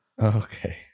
Okay